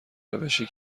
روشی